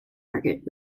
market